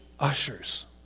Ushers